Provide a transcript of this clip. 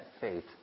faith